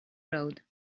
road